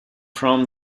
from